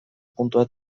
puntua